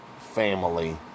family